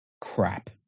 crap